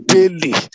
Daily